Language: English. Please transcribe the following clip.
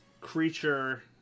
creature